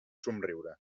somriure